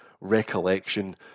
recollection